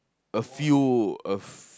a few of